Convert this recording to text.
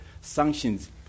sanctions